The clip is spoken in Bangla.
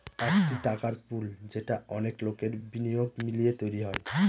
একটি টাকার পুল যেটা অনেক লোকের বিনিয়োগ মিলিয়ে তৈরী হয়